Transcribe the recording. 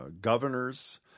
governors –